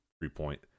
three-point